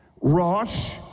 Rosh